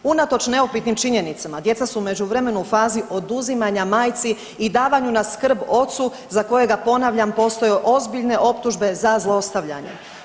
Unatoč neupitnim činjenicama djeca su u međuvremenu u fazi oduzimanja majci i davanju na skrb ocu za kojega ponavljam postoje ozbiljne optužbe za zlostavljanje.